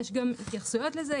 יש גם התייחסויות לזה.